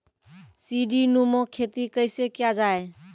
सीडीनुमा खेती कैसे किया जाय?